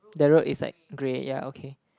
the road is like grey ya okay